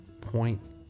point